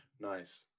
Nice